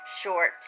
short